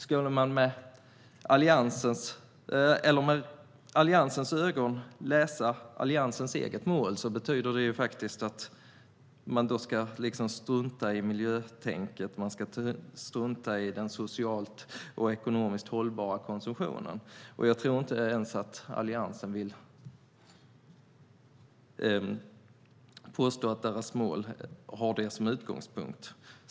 Skulle man med Alliansen ögon läsa Alliansens eget mål betyder det att man ska strunta i miljötänket och i den socialt och ekonomiskt hållbara konsumtionen. Jag tror inte ens att Alliansen vill påstå att deras mål har det som utgångspunkt.